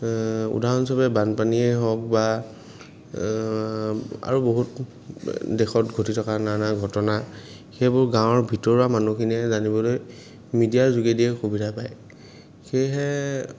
উদাহৰণস্বৰূপে বানপানীয়েই হওক বা আৰু বহুত দেশত ঘটি থকা নানা ঘটনা সেইবোৰ গাঁৱৰ ভিতৰুৱা মানুহখিনিয়ে জানিবলৈ মিডিয়াৰ যোগেদিয়েই সুবিধা পায় সেয়েহে